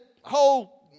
whole